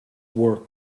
were